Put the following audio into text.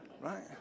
Right